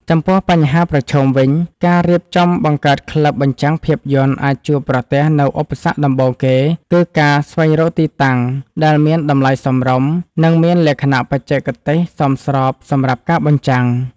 ចំពោះបញ្ហាប្រឈមវិញ ការរៀបចំបង្កើតក្លឹបបញ្ចាំងភាពយន្តអាចជួបប្រទះនូវឧបសគ្គដំបូងគេ គឺការស្វែងរកទីតាំងដែលមានតម្លៃសមរម្យ និងមានលក្ខណៈបច្ចេកទេសសមស្របសម្រាប់ការបញ្ចាំង។